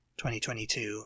2022